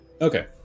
Okay